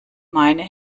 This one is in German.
meine